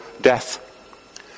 death